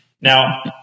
Now